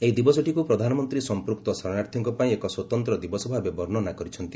ଏହି ଦିବସଟିକୁ ପ୍ରଧାନମନ୍ତ୍ରୀ ସମ୍ପୃକ୍ତ ଶରଣାର୍ଥୀଙ୍କ ପାଇଁ ଏକ ସ୍ୱତନ୍ତ୍ର ଦିବସ ଭାବେ ବର୍ଷନା କରିଛନ୍ତି